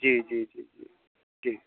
जी जी जी जी जी